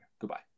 Goodbye